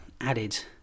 added